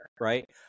right